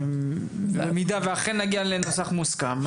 במידה ואכן נגיע לנוסח מוסכם,